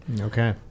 okay